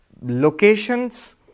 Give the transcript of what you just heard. locations